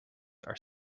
are